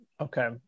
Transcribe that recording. Okay